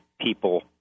people